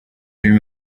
dream